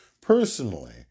personally